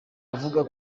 avuga